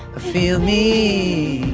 feel me.